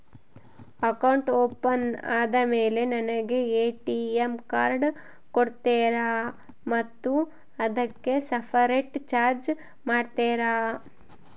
Account open ಆದಮೇಲೆ ನನಗೆ ATM card ಕೊಡ್ತೇರಾ ಮತ್ತು ಅದಕ್ಕೆ ಸಪರೇಟ್ ಚಾರ್ಜ್ ಮಾಡ್ತೇರಾ?